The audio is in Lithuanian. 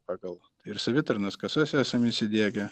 pagal ir savitarnos kasas esam įsidiegę